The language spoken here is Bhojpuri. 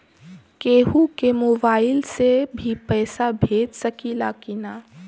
केहू के मोवाईल से भी पैसा भेज सकीला की ना?